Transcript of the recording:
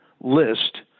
list